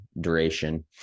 duration